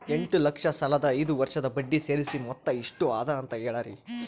ಎಂಟ ಲಕ್ಷ ಸಾಲದ ಐದು ವರ್ಷದ ಬಡ್ಡಿ ಸೇರಿಸಿ ಮೊತ್ತ ಎಷ್ಟ ಅದ ಅಂತ ಹೇಳರಿ?